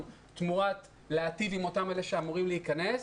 ובתמורה לזה להיטיב עם אותם אלה שאמורים להיכנס.